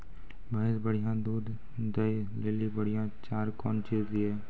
भैंस बढ़िया दूध दऽ ले ली बढ़िया चार कौन चीज दिए?